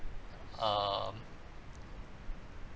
um